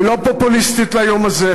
היא לא פופוליסטית ליום הזה.